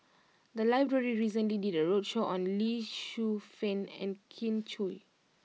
the library recently did a roadshow on Lee Shu Fen and Kin Chui